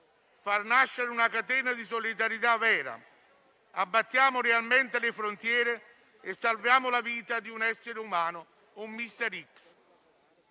far nascere una catena di solidarietà vera. Abbattiamo realmente le frontiere e salviamo la vita di un essere umano, un